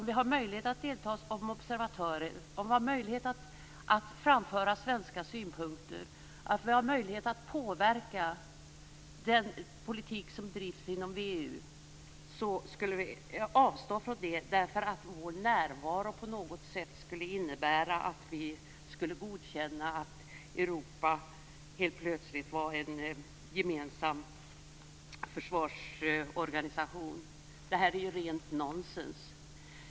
Vi skulle alltså avstå från att framföra svenska synpunkter och försöka påverka den politik som bedrivs inom VEU därför att vår närvaro på något sätt skulle innebära att vi godkände att Europa helt plötsligt var en gemensam försvarsorganisation! Detta är ju rent nonsens!